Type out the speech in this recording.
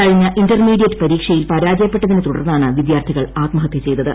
കഴിഞ്ഞ ഇന്റർമീഡിയറ്റ് പരീക്ഷയിൽ പരാജയപ്പെട്ടതിനെ തുടർന്നാണ് വിദ്യാർത്ഥികൾ ആത്മഹത്യ ചെയ്തത്